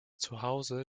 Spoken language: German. zuhause